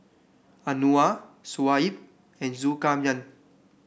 Anuar Shoaib and Zulkarnain